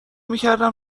میکردم